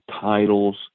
titles